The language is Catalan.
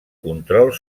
control